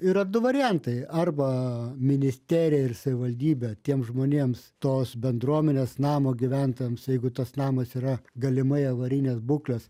yra du variantai arba ministerija ir savivaldybė tiem žmonėms tos bendruomenės namo gyventojams jeigu tas namas yra galimai avarinės būklės